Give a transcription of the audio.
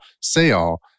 say-all